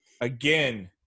Again